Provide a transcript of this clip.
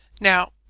Now